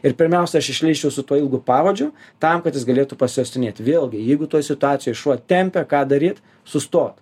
ir pirmiausia aš išleisčiau su tuo ilgu pavadžiu tam kad jis galėtų pasiuostinėt vėlgi jeigu toj situacijoj šuo tempia ką daryt sustot